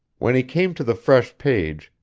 when he came to the fresh page,